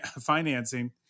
financing